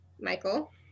Michael